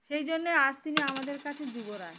সেই জন্যে আজ তিনি আমাদের কাছে যুবরাজ